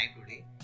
today